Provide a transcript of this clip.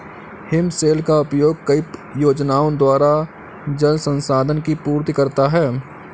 हिमशैल का उपयोग कई योजनाओं द्वारा जल संसाधन की पूर्ति करता है